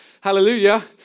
Hallelujah